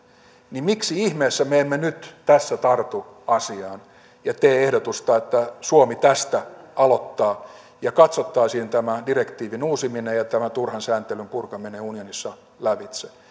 niin miksi ihmeessä me emme nyt tässä tartu asiaan ja tee ehdotusta että suomi tästä aloittaa ja katsottaisiin tämä direktiivin uusiminen ja tämän turhan sääntelyn purkaminen unionissa lävitse